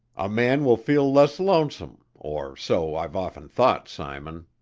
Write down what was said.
a man will feel less lonesome, or so i've often thought, simon.